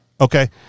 okay